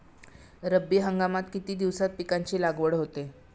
रब्बी हंगामात किती दिवसांत पिकांची लागवड होते?